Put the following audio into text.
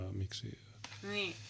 miksi